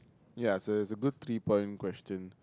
ya so is a good three point question